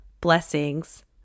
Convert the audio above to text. Blessings